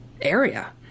area